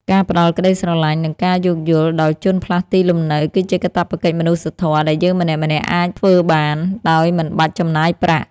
ការផ្តល់ក្តីស្រឡាញ់ និងការយោគយល់ដល់ជនផ្លាស់ទីលំនៅគឺជាកាតព្វកិច្ចមនុស្សធម៌ដែលយើងម្នាក់ៗអាចធ្វើបានដោយមិនបាច់ចំណាយប្រាក់។